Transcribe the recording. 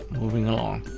moving along.